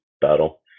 battle